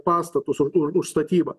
pastatus už statybą